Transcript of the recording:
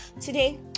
today